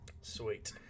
sweet